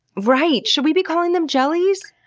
right! should we be calling them jellies?